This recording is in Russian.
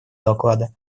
доклада